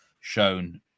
shown